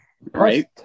Right